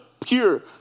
pure